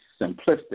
simplistic